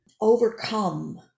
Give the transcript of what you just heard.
overcome